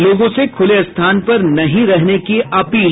लोगों से खुले स्थान पर नहीं रहने की अपील